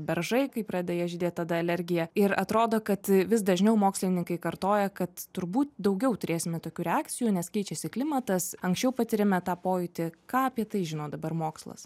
beržai kaip pradeda jie žydėti tada alergija ir atrodo kad vis dažniau mokslininkai kartoja kad turbūt daugiau turėsime tokių reakcijų nes keičiasi klimatas anksčiau patiriame tą pojūtį ką apie tai žino dabar mokslas